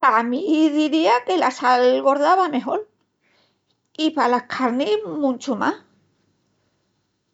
Pa mi diría que la sal gorda va mejol. I palas carnis muchu más.